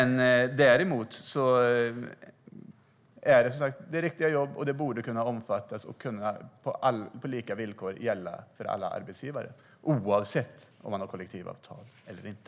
Nystartsjobben är riktiga jobb och borde kunna omfattas och gälla på lika villkor för alla arbetsgivare oavsett om man har kollektivavtal eller inte.